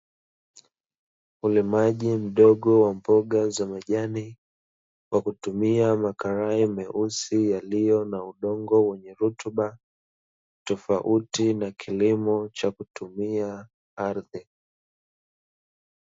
Ulimaji mdogo wa mboga za majani, kwa kutumia makarai meusi yaliyo na udongo wenye rutuba. Tofauti na kilimo cha kutumia ardhi.